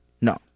No